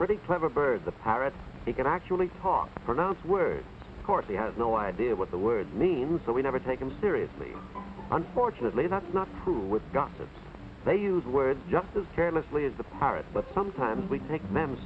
pretty clever birds the parrot they can actually talk pronounce words of course they have no idea what the word means so we never take them seriously unfortunately that's not true with got them they use words just as carelessly as the pirates but sometimes we take them